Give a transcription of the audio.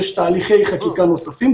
יש תהליכי חקיקה נוספים,